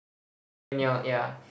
uh Arenial ya